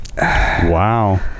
wow